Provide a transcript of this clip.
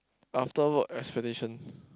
after work expectation